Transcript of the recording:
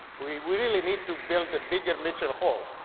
we really need to build a bigger mitchell hall.